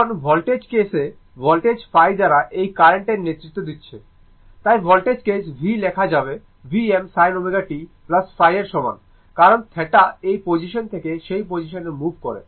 এখন voltage case voltage ϕ দ্বারা এই কার্রেন্টের নেতৃত্ব দিচ্ছে তাই ভোল্টেজ কেস v লেখা যাবে Vm sin ω t ϕ এর সমান কারণ θ এই পজিশন থেকে সেই পজিশনে মুভ করে